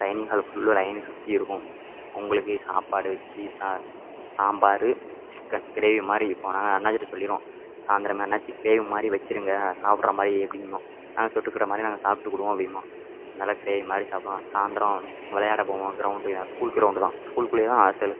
dining ஹாலை ஃபுல்லும் லைன்னு சுற்றி இருக்கும் அவங்களுக்கு சாப்பாடு வச்சு ச சாம்பார் சிக்கன் க்ரேவி மாதிரி வைப்போம் நாங்கள் அண்ணாச்சிகிட்ட சொல்லிடுவோம் சாயந்தரமே அண்ணாச்சி க்ரேவி மாதிரி வச்சுருங்க சாப்பிட்ற மாதிரி அப்படின்போம் அதை தொட்டுக்கிடுற மாதிரி நாங்கள் சாப்பிட்டுக்கிடுவோம் அப்படின்போம் நல்லா க்ரேவி மாதிரி சாப்பிடுவோம் சாயந்தரம் விளையாட போவோம் க்ரௌண்டுக்கு ஸ்கூல் க்ரௌண்டு தான் ஸ்கூல் குள்ளேயே தான் ஹாஸ்ட்டலு